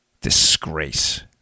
Disgrace